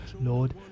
lord